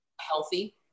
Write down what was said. healthy